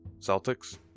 Celtics